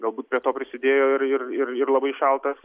galbūt prie to prisidėjo ir ir ir ir labai šaltas